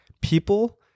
people